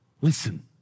Listen